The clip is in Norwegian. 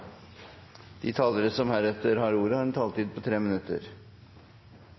De talere som heretter får ordet, har en taletid på inntil 3 minutter.